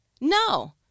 No